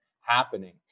happening